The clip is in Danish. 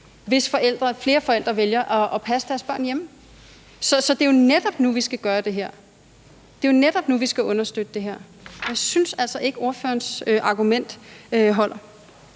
hvis flere forældre vælger at passe deres børn hjemme. Så det er jo netop nu, vi skal gøre det her. Det er jo netop nu, vi skal understøtte det her. Jeg synes altså ikke, at ordførerens argument holder.